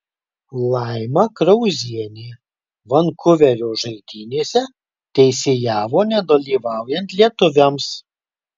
laima krauzienė vankuverio žaidynėse teisėjavo nedalyvaujant lietuviams